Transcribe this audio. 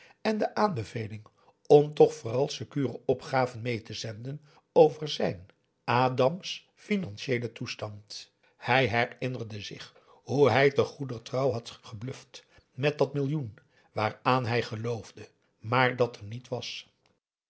en de aanbeveling om toch vooral secure opgaven mee te zenden over zijn adam's financieelen toestand hij herinnerde zich hoe hij te goeder trouw had gebluft met dat millioen waaraan hij geloofde maar dat er niet was